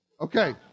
okay